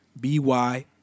B-Y